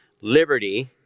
liberty